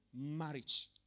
marriage